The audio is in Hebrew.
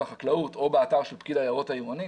החקלאות או באתר של פקיד היערות העירוני,